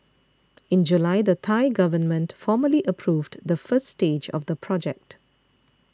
in July the Thai government formally approved the first stage of the project